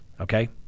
Okay